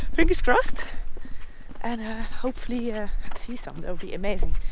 fingers crossed and hopefully see some, that would be amazing,